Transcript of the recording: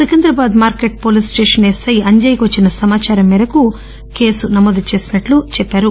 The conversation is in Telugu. సికింద్రాబాద్ మార్కెట్ పోలీస్స్టేషన్ ఎస్సై అంజయ్యకు వచ్చిన సమాచారం మేరకు కేసు నమోదు చేసినట్లు ఆమె తెలిపారు